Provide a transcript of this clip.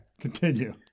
continue